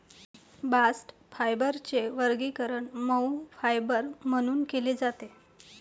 bast फायबरचे वर्गीकरण मऊ फायबर म्हणून केले जाते